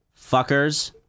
Fuckers